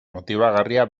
motibagarria